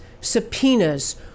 subpoenas